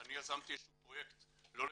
אני יזמתי פרויקט לא לבד,